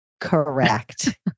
Correct